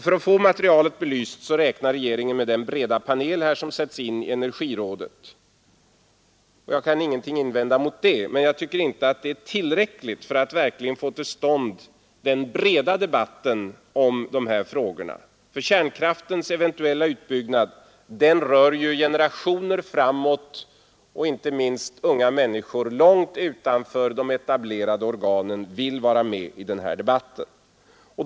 För att få materialet belyst räknar regeringen med den breda panel som sätts in i energirådet. Jag kan inte invända någonting mot det, men jag tycker inte det är tillräckligt för att verkligen få till stånd den breda debatten om dessa frågor. Kärnkraftens eventuella utbyggnad rör generationer framåt i tiden. Inte minst unga människor långt utanför de etablerade organen vill vara med i den här debatten.